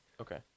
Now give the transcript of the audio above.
Okay